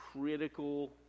critical